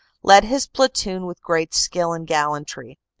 led his platoon with great skill and gallantry.